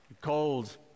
Cold